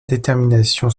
détermination